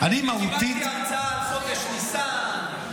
קיבלתי הרצאה על חודש ניסן,